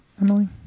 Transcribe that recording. Emily